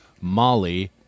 Molly